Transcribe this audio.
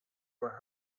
were